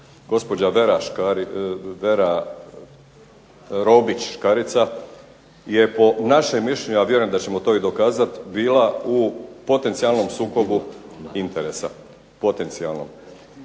Gospođa Vera Robić Škarica je po našem mišljenju, a vjerujem da ćemo to i dokazat, bila u potencijalnom sukobu interesa. Potencijalnom.